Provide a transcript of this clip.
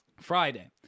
Friday